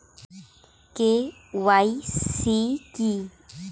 KYC কী?